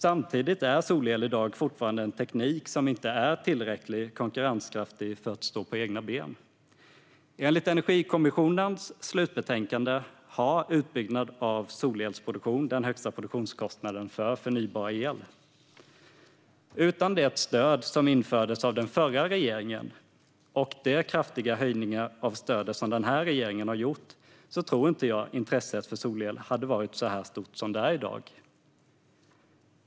Samtidigt är solel i dag fortfarande en teknik som inte är tillräckligt konkurrenskraftig för att stå på egna ben. Enligt Energikommissionens slutbetänkande har utbyggnad av solelproduktion den högsta produktionskostnaden för förnybar el. Utan det stöd som infördes av den förra regeringen och de kraftiga höjningar av stödet som den här regeringen har gjort tror jag inte att intresset för solel hade varit så stort som det är i dag.